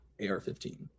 AR-15